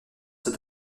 cet